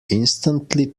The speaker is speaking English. instantly